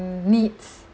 needs